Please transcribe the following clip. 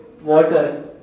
water